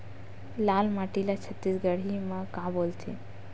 लाल माटी ला छत्तीसगढ़ी मा का बोलथे?